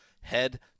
head